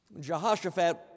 Jehoshaphat